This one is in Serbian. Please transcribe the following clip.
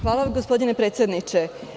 Hvala vam gospodine predsedniče.